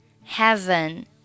heaven